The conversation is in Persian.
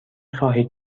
خواهید